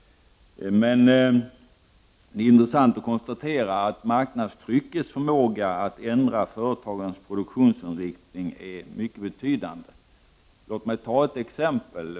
Men det är intressant att konstatera att marknadstryckets förmåga att ändra företagens produktionsinriktning är mycket betydande. Låt mig nämna ett exempel.